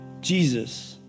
Jesus